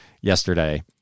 yesterday